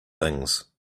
things